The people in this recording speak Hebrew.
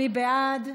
מי בעד?